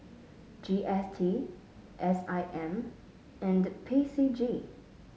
G S T S I M and P C G